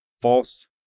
false